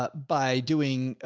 but by doing, ah,